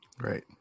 Right